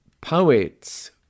Poets